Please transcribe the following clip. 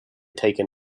taken